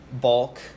bulk